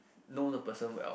know the person well